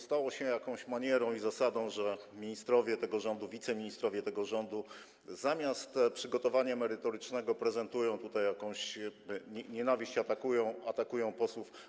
Stało się jakąś manierą i zasadą, że ministrowie tego rządu, wiceministrowie tego rządu zamiast przygotowania merytorycznego prezentują tutaj jakąś nienawiść, atakują posłów.